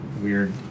weird